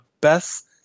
best